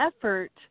effort